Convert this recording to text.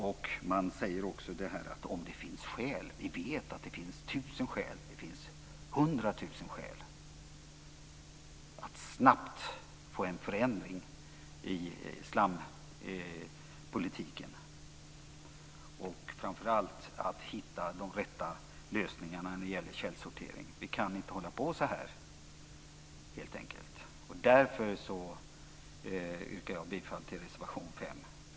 Om det finns skäl, säger man. Men vi vet att det finns hundra tusen skäl att snabbt få en förändring i slampolitiken och framför allt att hitta de rätta lösningarna när det gäller källsortering. Vi kan helt enkelt inte hålla på så här. Därför yrkar jag bifall till reservation 5.